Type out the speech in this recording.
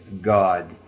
God